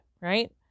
right